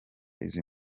izi